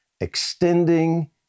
extending